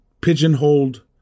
pigeonholed